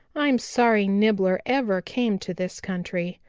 i'm sorry nibbler ever came to this country.